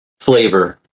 flavor